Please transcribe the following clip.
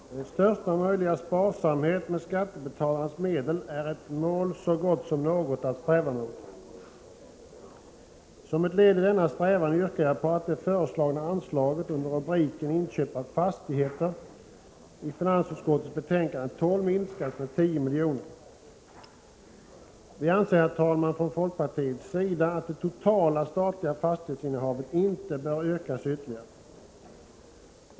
Herr talman! Största möjliga sparsamhet med skattebetalarnas medel är ett mål så gott som något att sträva mot. Som ett led i denna strävan yrkar jag att det föreslagna anslaget under rubriken ”Inköp av fastigheter m.m.” i finansutskottets betänkande 12 minskas med 10 miljoner. Vi anser, herr talman, från folkpartiets sida att det totala statliga fastighetsinnehavet inte bör ökas ytterligare.